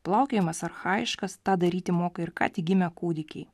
plaukiojimas archajiškas tą daryti moka ir ką tik gimę kūdikiai